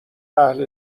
اهل